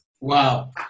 Wow